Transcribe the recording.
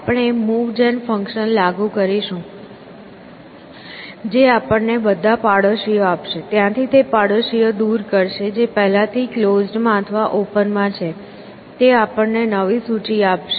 આપણે move gen function લાગુ કરીશું જે આપણને બધા પડોશીઓ આપશે ત્યાંથી તે પડોશીઓ દૂર કરશે જે પહેલાથી ક્લોઝડમાં અથવા ઓપનમાં છે તે આપણને નવી સૂચિ આપશે